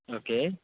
okay